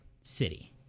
city